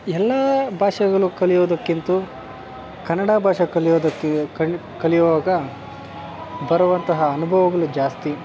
ಎಲ್ಲ ಭಾಷೆಗಳು ಕಲಿಯುವುದಕ್ಕಿಂತ ಕನ್ನಡ ಭಾಷೆ ಕಲಿಯೋಹೊತ್ತಿಗೆ ಕಣ್ಣು ಕಲಿಯುವಾಗ ಬರುವಂತಹ ಅನುಭವಗಳು ಜಾಸ್ತಿ